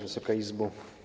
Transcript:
Wysoka Izbo!